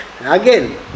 Again